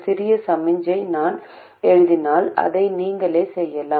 circuit பகுப்பாய்வில் ஒரு பயிற்சியாக இதை நீங்களே முயற்சிக்குமாறு நான் பரிந்துரைக்கிறேன்